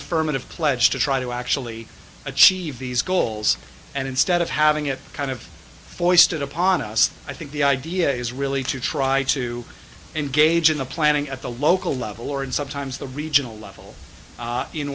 affirmative pledge to try to actually achieve these goals and instead of having it kind of foisted upon us i think the idea is really to try to engage in the planning at the local level or in sometimes the regional level